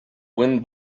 wind